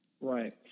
Right